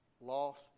lost